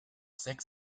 sechs